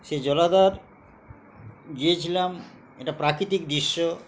সে জলাধার গিয়েছিলাম একটা প্রাকৃতিক দৃশ্য